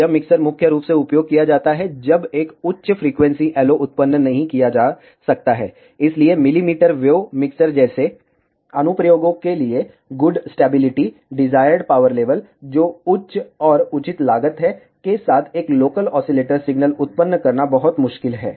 यह मिक्सर मुख्य रूप से उपयोग किया जाता है जब एक उच्च फ्रीक्वेंसी LO उत्पन्न नहीं किया जा सकता है इसलिए मिलीमीटर वेव मिक्सर जैसे अनुप्रयोगों के लिए good stability desired power level जो उच्च और उचित लागत है के साथ एक लोकल ऑसीलेटर सिग्नल उत्पन्न करना बहुत मुश्किल है